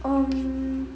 um